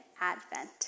advent